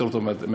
יותר טוב מהצפון.